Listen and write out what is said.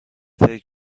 فکر